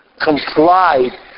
complied